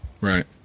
Right